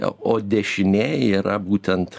o dešinė yra būtent